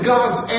God's